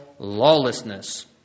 lawlessness